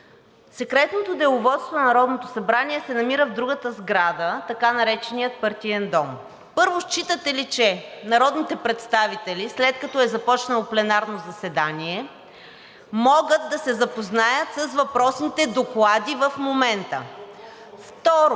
Секретното деловодство на Народното събрание се намира в другата сграда, така нареченият Партиен дом. Първо, считате ли, че народните представители, след като е започнало пленарно заседание, могат да се запознаят с въпросните доклади в момента? Второ,